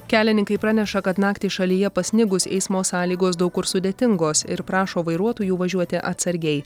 kelininkai praneša kad naktį šalyje pasnigus eismo sąlygos daug kur sudėtingos ir prašo vairuotojų važiuoti atsargiai